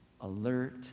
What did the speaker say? alert